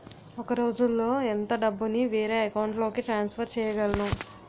ఒక రోజులో ఎంత డబ్బుని వేరే అకౌంట్ లోకి ట్రాన్సఫర్ చేయగలను?